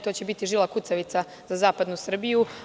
To će biti žila kucavica za zapadnu Srbiju.